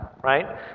right